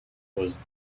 was